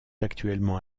actuellement